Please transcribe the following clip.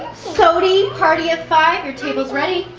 soty party of five, your table's ready,